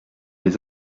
les